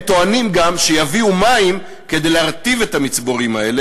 הם טוענים גם שיביאו מים כדי להרטיב את המצבורים האלה,